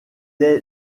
est